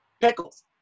Pickles